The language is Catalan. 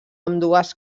ambdues